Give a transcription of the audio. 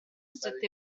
strette